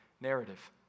narrative